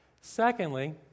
Secondly